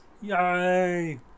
Yay